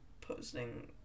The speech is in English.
posting